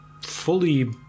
fully